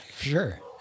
sure